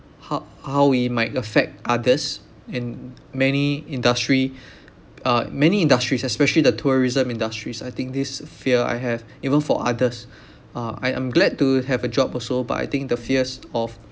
ho~ how it might affect others in many industry uh many industries especially the tourism industries I think this fear I have even for others uh I am glad to have a job also but I think the fears of